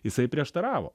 jisai prieštaravo